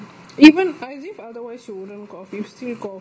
even I say otherwise you wouldn't cough still cough